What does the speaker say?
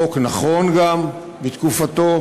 חוק נכון גם בתקופתו.